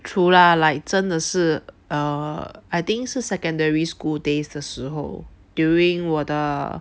true lah like 真的是 err I think 是 secondary school days 的时候 during 我的